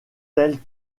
telles